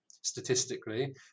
statistically